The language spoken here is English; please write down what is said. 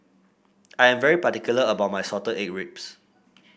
I am very particular about my Salted Egg Pork Ribs